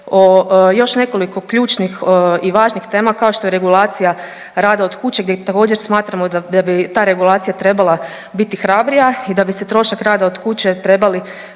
o još nekoliko ključnih i važnih tema kao što je regulacija rada od kuće gdje također smatramo da bi ta regulacija trebala biti hrabrija i da bi se trošak rada od kuće trebali